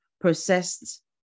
processed